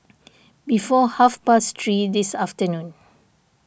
before half past three this afternoon